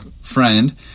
friend